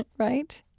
and right?